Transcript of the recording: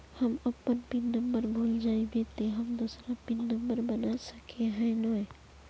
हम अपन pin number भूल जयबे ते हम दूसरा पिन नंबर बना सके है नय?